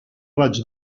raig